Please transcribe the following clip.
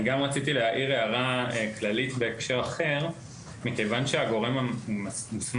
אני גם רציתי להעיר הערה כללית בהקשר אחר: מכיוון שהגורם המוסמך